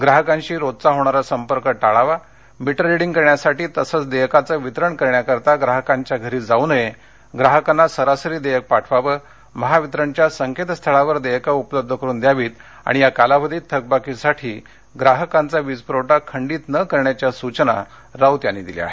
ग्राहकांशी रोजचा होणारा संपर्क टाळावा मीटर रिडींग करण्यासाठी तसंच देयकाचं वितरण करण्यासाठी ग्राहकांच्या घरी जाऊ नये ग्राहकांना सरासरी देयक पाठवावं महावितरणच्या संकेतस्थळावर देयकं उपलब्ध करून द्यावीत आणि या कालावधीत थकबाकीसाठी ग्राहकांचा वीजपुरवठा खंडित न करण्याच्या सूचना राऊत यांनी दिल्या आहेत